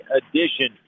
edition